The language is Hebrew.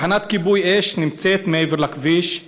תחנת כיבוי אש נמצאת מעבר לכביש,